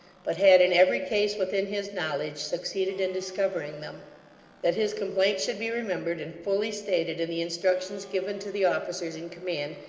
but had, in every case, within his knowledge, succeeded in discovering them that his complaint should be remembered, and fully stated in the instructions given to the officers in command,